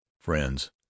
Friends